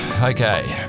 okay